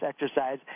exercise